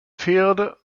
feared